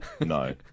No